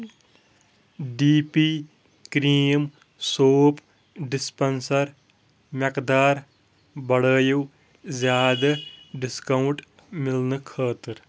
D P cream soap dispenser مٮ۪قدار بڑٲیِو زیادٕ ڈسکاونٛٹ مِلنہٕ خٲطر